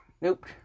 Nope